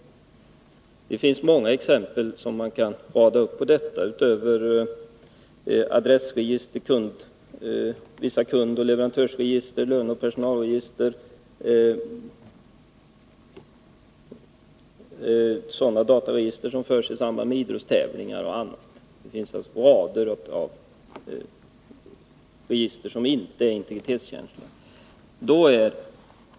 Det finns många exempel på sådana. Utöver adressregister, vissa kundoch leverantörsregister, löneoch personalregister finns sådana dataregister som förs i samband med idrottstävlingar o. d. Det finns rader av register som inte är integritetskänsliga.